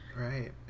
Right